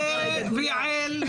ויעל,